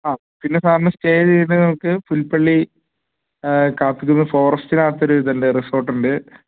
ആ പിന്നെ സാറിന് സ്റ്റേ ചെയ്യുന്നതിന് നമുക്ക് പുൽപള്ളി കാട്ടിൽ ഫോറസ്റ്റിനകത്തൊരു ഇതുണ്ട് റിസോർട്ടുണ്ട്